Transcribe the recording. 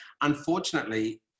unfortunately